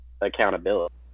Accountability